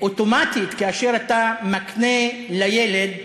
אוטומטית, כאשר אתה מקנה לילד